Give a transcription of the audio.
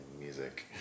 music